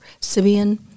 Sibian